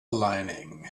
lining